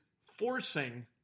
forcing